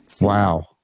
wow